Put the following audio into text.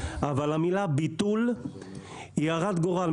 אבל המילה ביטול היא הרת גורל.